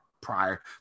prior